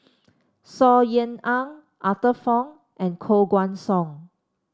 Saw Ean Ang Arthur Fong and Koh Guan Song